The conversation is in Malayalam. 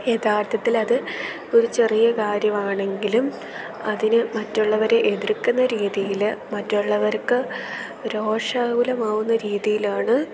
യഥാർത്ഥത്തിൽ അത് ഒരു ചെറിയ കാര്യമാണെങ്കിലും അതിന് മറ്റുള്ളവരെ എതിർക്കുന്ന രീതിയിൽ മറ്റുള്ളവർക്ക് രോഷാകുലമാവുന്ന രീതിയിലാണ്